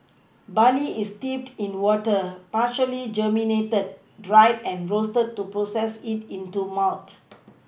barley is steeped in water partially germinated dried and roasted to process it into malt